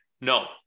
No